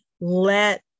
let